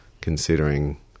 considering